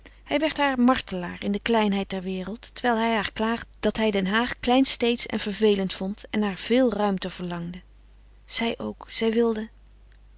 hij werd haar martelaar in de kleinheid der wereld terwijl hij haar klaagde dat hij den haag kleinsteedsch en vervelend vond en naar veel ruimte verlangde zij ook zij wilde